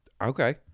Okay